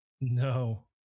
No